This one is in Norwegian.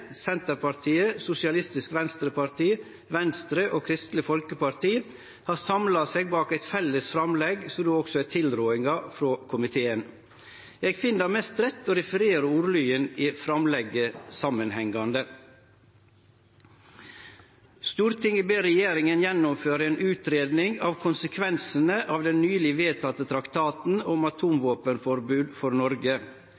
Senterpartiet, SV, Venstre og Kristeleg Folkeparti, har samla seg bak eit felles framlegg, som også er tilrådinga frå komiteen. Eg finn det mest rett å referere ordlyden i framlegget samanhengande: «Stortinget ber regjeringen gjennomføre en utredning av konsekvensene av den nylig vedtatte traktaten om